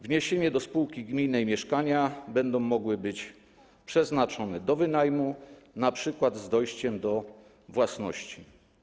Wniesione do spółki gminnej mieszkania będą mogły być przeznaczone do wynajmu, np. z dojściem do własności.